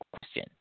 question